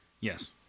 Yes